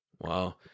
wow